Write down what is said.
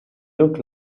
look